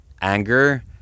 anger